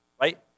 Right